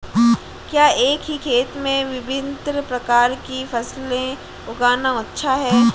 क्या एक ही खेत में विभिन्न प्रकार की फसलें उगाना अच्छा है?